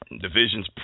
Division's